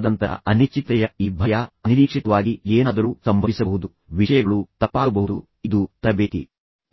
ತದನಂತರ ಅನಿಶ್ಚಿತತೆಯ ಈ ಭಯ ಅನಿರೀಕ್ಷಿತವಾಗಿ ಏನಾದರೂ ಸಂಭವಿಸಬಹುದು ವಿಷಯಗಳು ತಪ್ಪಾಗಬಹುದು ಇದು ತರಬೇತಿ